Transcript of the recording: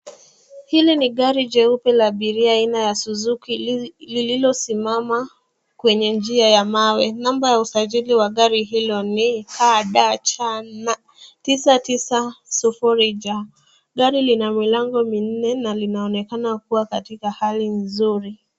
Hili ni gari jeupe la abiria aina ya suzuki lililo simama kwenye njia ya mawe. Namba ya Usajili wa gari hilo ni KDC 990J. gari lina milango minne na linaonekana kuwa katika hali nzuri.